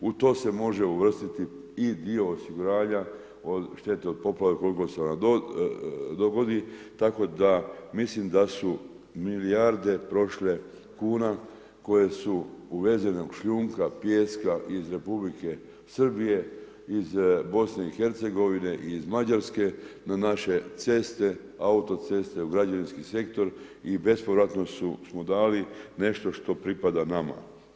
U to se može uvrstiti i dio osiguranja od štete od poplava koliko se ona dogodi, tako da mislim da su milijarde prošle kuna koje su uvezenog šljunka, pijeska iz Republike Srbije, iz BIH i iz Mađarske na naše ceste, autoceste, u građevinski sektor i bespovratno su mu dali nešto što pripada nama.